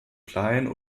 klein